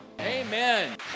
Amen